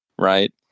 right